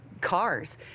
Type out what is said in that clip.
cars